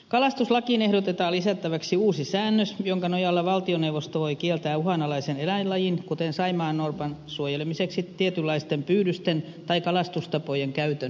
kalastuslakiin ehdotetaan lisättäväksi uusi säännös jonka nojalla valioneuvosto voi kieltää uhanalaisen eläinlajin kuten saimaannorpan suojelemiseksi tietynlaisten pyydysten tai kalastustapojen käytön määräajaksi